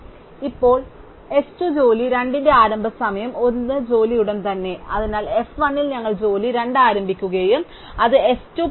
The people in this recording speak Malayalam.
ഇപ്പോൾ s 2 ജോലി 2 ന്റെ ആരംഭ സമയം 1 ജോലി ഉടൻ തന്നെ അതിനാൽ f 1 ൽ ഞങ്ങൾ ജോലി 2 ആരംഭിക്കുകയും അത് s 2 പ്ലസ് t 2